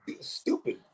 stupid